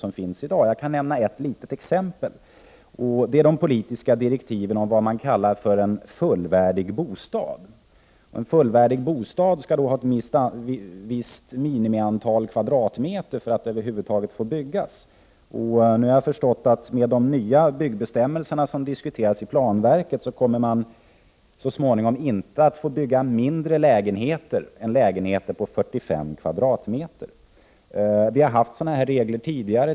Jag vill nämna ett litet exempel: de politiska direktiven för vad man kallar en ”fullvärdig bostad”. En sådan bostad skall ha ett visst minsta antal kvadratmeter för att över huvud taget få byggas. Nu har jag förstått att med de nya byggbestämmelser som diskuteras i planverket kommer man så småningom inte att få bygga lägenheter som är mindre än 45 kvadratmeter. Sådana regler har vi haft tidigare.